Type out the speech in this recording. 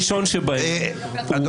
הראשון שבהם --- אדוני,